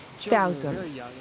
thousands